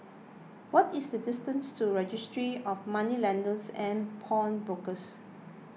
what is the distance to Registry of Moneylenders and Pawnbrokers